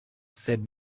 c’est